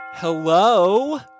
Hello